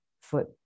foot